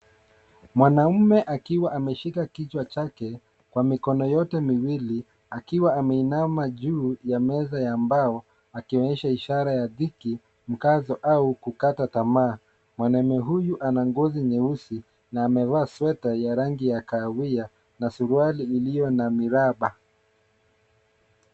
Mwanaume akiwa ameshika kichwa chake kwa mikono yote miwili akiwa ameinama juu ya meza ya mbao akionyesha ishara ya dhiki, mkazo au kukata tamaa. Mwanaume huyu ana ngozi nyeusi na amevaa sweta ya rangi ya kahawia na suruali iliyo na miraba.